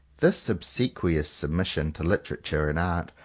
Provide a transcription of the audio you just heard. this obsequious submission to literature and art.